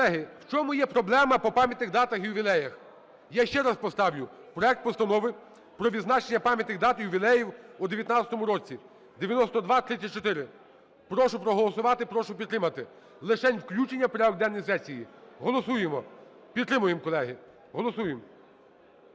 Колеги, в чому є проблема по пам'ятних датах і ювілеях? Я ще раз поставлю проект Постанови про відзначення пам'ятних дат і ювілеїв у 19-му році (9234). Прошу проголосувати, прошу підтримати. Лишень включення в порядок денний сесії. Голосуємо. Підтримуємо, колеги. Голосуємо.